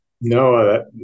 no